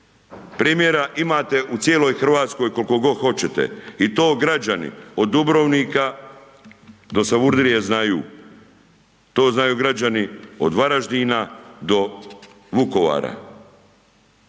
Primjera imate u cijeloj Hrvatskoj koliko god hoćete i to građani od Dubrovnika do Savudrije znaju, to znaju građani od Varaždina do Vukovara.